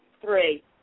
Three